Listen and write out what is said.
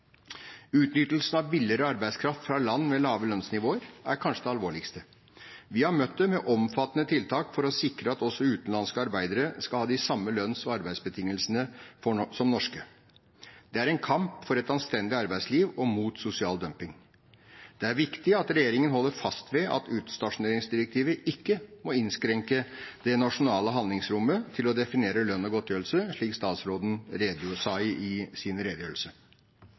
Utnyttelse av billigere arbeidskraft fra land med lave lønnsnivåer er kanskje det alvorligste. Vi har møtt det med omfattende tiltak for å sikre at også utenlandske arbeidere skal ha de samme lønns- og arbeidsbetingelsene som norske. Det er en kamp for et anstendig arbeidsliv og mot sosial dumping. Det er viktig at regjeringen holder fast ved at utstasjoneringsdirektivet ikke må innskrenke det nasjonale handlingsrommet til å definere lønn og godtgjørelse, slik statsråden sa i sin redegjørelse.